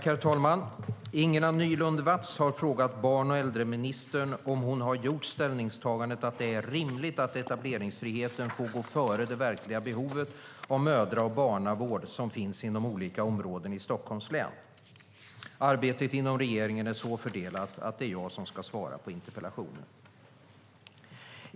Herr talman! Ingela Nylund Watz har frågat barn och äldreministern om hon har gjort ställningstagandet att det är rimligt att etableringsfriheten får gå före det verkliga behovet av mödra och barnavård som finns inom olika områden i Stockholms län. Arbetet inom regeringen är så fördelat att det är jag som ska svara på interpellationen.